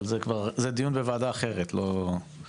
אבל זה דיון כבר לוועדה אחרת לא לפה.